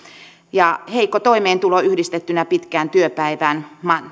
heikko toimeentulo yhdistettynä pitkään työpäivään